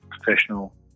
professional